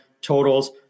totals